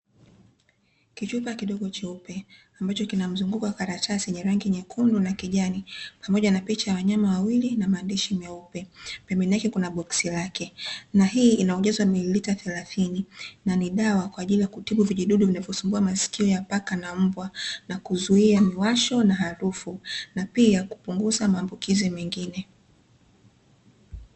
Kichupa kidogo cheupe ambacho kina mzunguko wa karatasi yenye rangi nyekundu na kijani pamoja na picha ya wanyama wawili na maandishi meupe; pembeni yake kuna boksi lake. Na hii ina ujazo wa mililita thelathini, na ni dawa kwa ajili ya kutibu vijidudu vinavyosumbua masikio ya paka na mbwa, na kuzuia miwasho na harufu, na pia kupunguza maambukizi mengine.